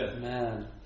Man